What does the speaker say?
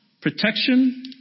protection